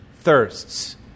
thirsts